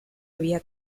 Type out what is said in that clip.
había